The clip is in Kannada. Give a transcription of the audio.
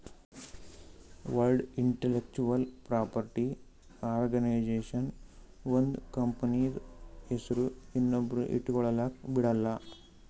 ವರ್ಲ್ಡ್ ಇಂಟಲೆಕ್ಚುವಲ್ ಪ್ರಾಪರ್ಟಿ ಆರ್ಗನೈಜೇಷನ್ ಒಂದ್ ಕಂಪನಿದು ಹೆಸ್ರು ಮತ್ತೊಬ್ರು ಇಟ್ಗೊಲಕ್ ಬಿಡಲ್ಲ